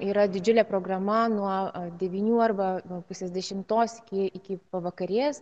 yra didžiulė programa nuo devynių arba pusės dešimtos iki iki pavakarės